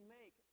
make